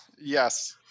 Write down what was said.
Yes